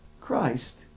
Christ